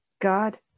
God